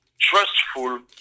trustful